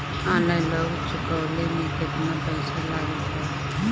Online loan चुकवले मे केतना पईसा लागत बा?